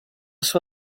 sua